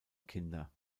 kinder